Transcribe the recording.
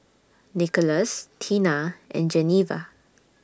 Nickolas Teena and Geneva